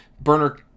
burner